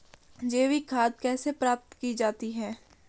जैविक खाद कैसे प्राप्त की जाती है?